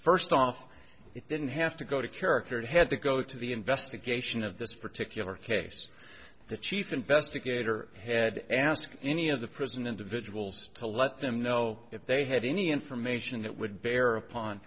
first off it didn't have to go to character it had to go to the investigation of this particular case the chief investigator had asked any of the prison individuals to let them know if they had any information that would bear upon